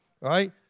Right